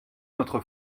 notre